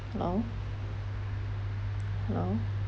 hello hello